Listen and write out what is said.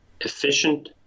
efficient